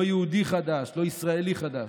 לא יהודי חדש, לא ישראלי חדש,